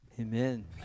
Amen